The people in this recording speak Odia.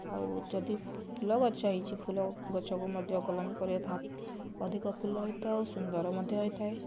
ଆଉ ଯଦି ଫୁଲ ଗଛ ହେଇଛି ଫୁଲ ଗଛକୁ ମଧ୍ୟ କଲମୀ କରିବା ତାହା ଅଧିକ ଫୁଲ ସୁନ୍ଦର ମଧ୍ୟ ହୋଇଥାଏ